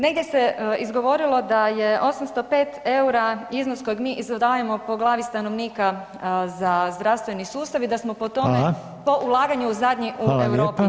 Negdje se izgovorilo da je 805 eura iznos kojeg mi izdajemo po glavi stanovnika za zdravstveni sustav i da smo po ulaganju zadnji u Europi.